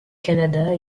canada